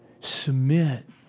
submit